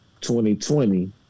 2020